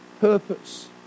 purpose